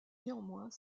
néanmoins